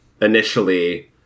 initially